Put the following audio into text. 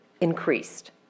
increased